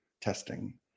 testing